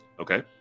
Okay